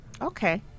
Okay